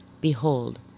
Behold